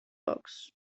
box